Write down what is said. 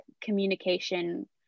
communication